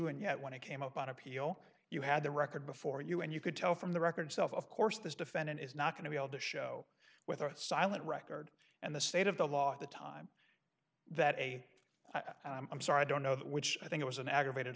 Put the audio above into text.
and yet when it came up on appeal you had the record before you and you could tell from the record self of course this defendant is not going to be able to show whether it's silent record and the state of the law at the time that a i'm sorry i don't know which i think it was an aggravated